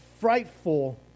frightful